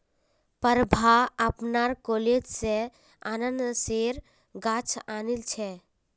प्रभा अपनार कॉलेज स अनन्नासेर गाछ आनिल छ